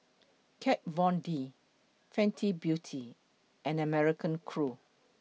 Kat Von D Fenty Beauty and American Crew